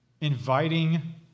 inviting